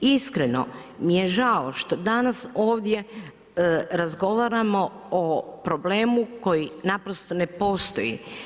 Iskreno mi je žao, što danas ovdje razgovaramo o problemu koji naprosto ne postoji.